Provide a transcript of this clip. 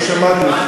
לא שמעתי אותך.